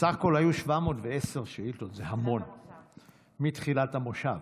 שבסך הכול היו 710 שאילתות מתחילת המושב,